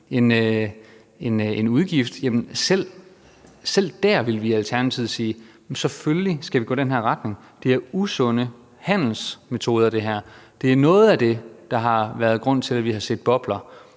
en udgift, ville vi selv der i Alternativet sige: Selvfølgelig skal vi gå i den her retning; det her er usunde handelsmetoder. Det er noget af det, der har været grunden til, at vi har set bobler;